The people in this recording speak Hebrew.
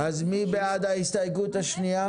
מי בעד ההסתייגות השנייה?